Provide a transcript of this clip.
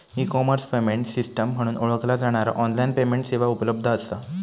E commerce payment system म्हणून ओळखला जाणारा ऑनलाइन पेमेंट सेवा उपलब्ध असा